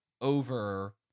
over